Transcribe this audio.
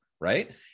right